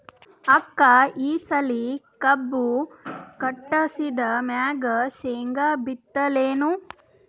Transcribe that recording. ಅಕ್ಕ ಈ ಸಲಿ ಕಬ್ಬು ಕಟಾಸಿದ್ ಮ್ಯಾಗ, ಶೇಂಗಾ ಬಿತ್ತಲೇನು?